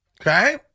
Okay